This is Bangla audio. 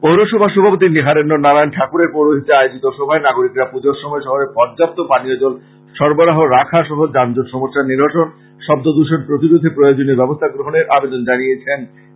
পৌরসভার সভাপতি নীহারেন্দ্র নারায়ন ঠাকুরের পৌরহিত্যে আয়োজিত সভায় নাগরিকরা পুজোর সময় শহরে পর্য্যাপ্ত পানীয় জল সরবরাহ রাখা সহ যানজট সমস্যার নিরসন শব্দ দূষন প্রতিরোধে প্রয়োজনীয় ব্যবস্থা গ্রহনের আবেদন জানিয়েছেন